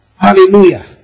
Hallelujah